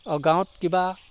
অ' গাঁৱত কিবা